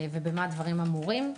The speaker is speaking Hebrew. ובמה דברים אמורים.